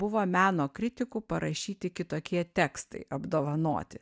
buvo meno kritikų parašyti kitokie tekstai apdovanoti